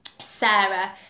sarah